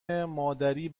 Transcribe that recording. مادری